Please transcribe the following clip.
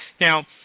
Now